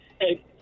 Hey